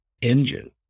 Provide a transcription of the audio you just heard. engine